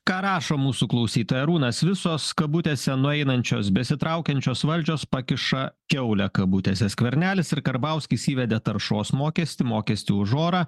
ką rašo mūsų klausytojai arūnas visos kabutėse nueinančios besitraukiančios valdžios pakiša kiaulę kabutėse skvernelis ir karbauskis įvedė taršos mokestį mokestį už orą